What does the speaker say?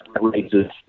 races